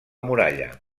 muralla